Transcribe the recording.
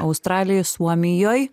australijoj suomijoj